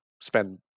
spend